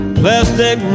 plastic